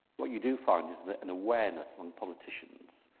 what you do find is that an awareness on politicians,